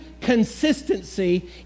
consistency